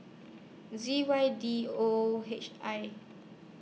Z Y D O H I